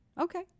Okay